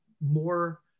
more